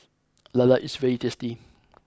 Lala is very tasty